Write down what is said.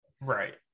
Right